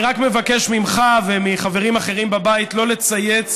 אני רק מבקש ממך ומחברים אחרים בבית לא לצייץ